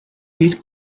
dir